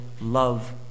love